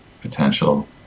potential